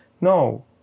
No